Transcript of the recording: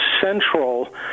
central